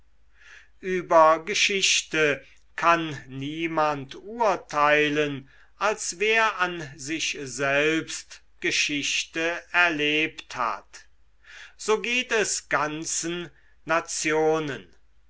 über geschichte kann niemand urteilen als wer an sich selbst geschichte erlebt hat so geht es ganzen nationen